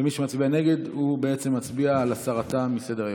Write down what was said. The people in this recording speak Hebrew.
ומי שמצביע נגד הוא בעצם מצביע על הסרתה מסדר-היום.